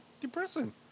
depressing